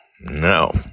No